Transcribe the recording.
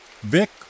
Vic